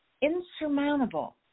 insurmountable